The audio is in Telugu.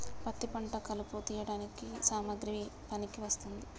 పత్తి పంట కలుపు తీయడానికి ఏ సామాగ్రి పనికి వస్తుంది?